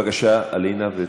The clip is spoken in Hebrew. בבקשה, עלי נא ותשיבי.